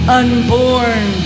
unborn